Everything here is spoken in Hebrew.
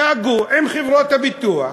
דאגו עם חברות הביטוח